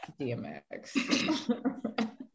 dmx